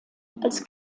als